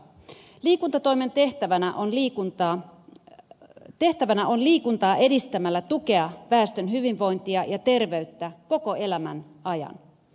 liikuntatoimen tehtävänä on liikuntaa edistämällä tukea väestön hyvinvointia ja terveyttä koko elämän ajan